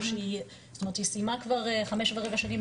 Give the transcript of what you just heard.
או שהיא סיימה כבר 5 ורבע שנים,